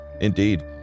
Indeed